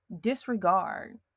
disregard